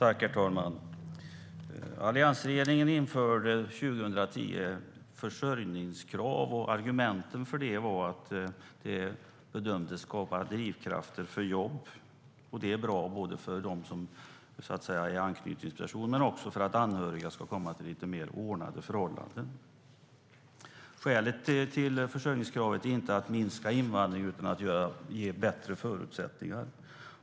Herr talman! Alliansregeringen införde 2010 försörjningskrav. Argument för det var att det bedömdes skapa drivkrafter för jobb, vilket är bra för dem som är anknytningspersoner men också för att anhöriga ska komma till lite mer ordnade förhållanden. Skälet till försörjningskravet är inte att minska invandring utan att ge bättre förutsättningar.